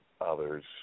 others